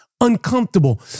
uncomfortable